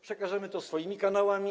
Przekażemy to swoimi kanałami.